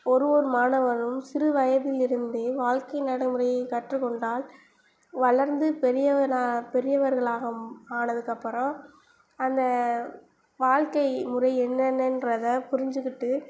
ஒரு ஒரு மாணவனும் சிறு வயதில் இருந்தே வாழ்க்கை நடைமுறையை கற்றுக்கொண்டால் வளர்ந்து பெரியவனாக பெரியவர்களாகம் ஆனதுக்கு அப்புறம் அந்த வாழ்க்கை முறை என்னென்னன்றதை புரிஞ்சுக்கிட்டு